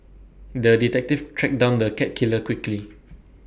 the detective tracked down the cat killer quickly